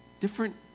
Different